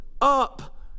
Up